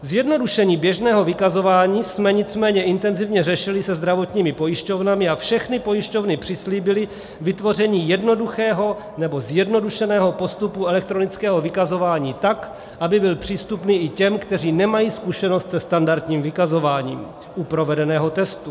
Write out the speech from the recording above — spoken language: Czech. Zjednodušení běžného vykazování jsme nicméně intenzivně řešili se zdravotními pojišťovnami a všechny pojišťovny přislíbily vytvoření jednoduchého, nebo zjednodušeného postupu elektronického vykazování tak, aby byl přístupný i těm, kteří nemají zkušenost se standardním vykazováním u provedeného testu.